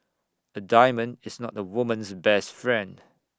A diamond is not A woman's best friend